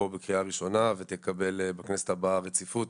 בקריאה ראשונה ותקבל בכנסת הבאה רציפות,